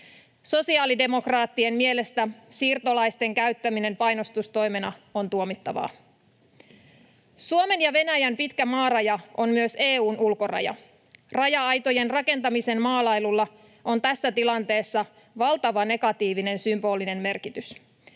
Sosiaalidemokraattien mielestä siirtolaisten käyttäminen painostustoimena on tuomittavaa. Suomen ja Venäjän pitkä maaraja on myös EU:n ulkoraja. Raja-aitojen rakentamisen maalailulla on tässä tilanteessa valtava negatiivinen symbolinen merkitys,